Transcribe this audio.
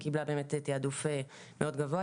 קיבלה תיעדוף גבוה מאוד.